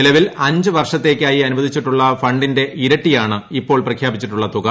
നിലവിൽ അഞ്ച് വർഷത്തേയ്ക്കായി അനുവദിച്ചിട്ടുള്ള ക് ഇർട്ടിയാണ് ഇപ്പോൾ പ്രഖ്യാപിച്ചിട്ടുള്ള തുക